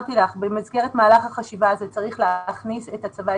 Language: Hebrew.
במסגרת מהלך החשיבה הזו צריך להכניס את הצבא,